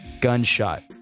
Gunshot